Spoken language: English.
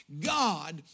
God